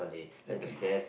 okay